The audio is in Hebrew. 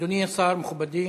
אדוני השר, מכובדי.